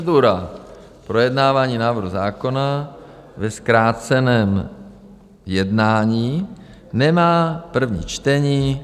Procedura projednávání návrhu zákona ve zkráceném jednání nemá první čtení.